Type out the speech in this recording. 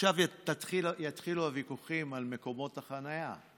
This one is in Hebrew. עכשיו יתחילו הוויכוחים על מקומות החניה.